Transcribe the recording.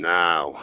now